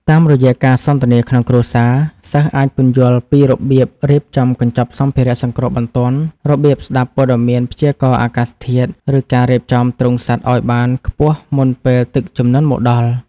តាមរយៈការសន្ទនាក្នុងគ្រួសារ សិស្សអាចពន្យល់ពីរបៀបរៀបចំកញ្ចប់សម្ភារៈសង្គ្រោះបន្ទាន់ របៀបស្ដាប់ព័ត៌មានព្យាករណ៍អាកាសធាតុ ឬការរៀបចំទ្រុងសត្វឱ្យបានខ្ពស់មុនពេលទឹកជំនន់មកដល់។